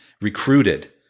recruited